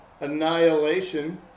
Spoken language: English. Annihilation